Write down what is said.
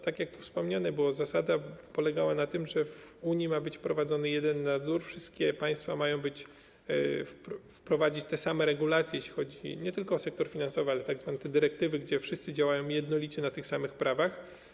Tak jak było o tym wspomniane, zasada polegała na tym, że w Unii ma być wprowadzony jeden nadzór, wszystkie państwa mają wprowadzić te same regulacje, jeśli chodzi nie tylko o sektor finansowy, ale także tzw. dyrektywy, w związku z czym wszyscy działają jednolicie na tych samych prawach.